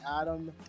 Adam